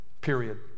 period